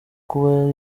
kuba